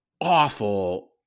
awful